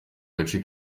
gace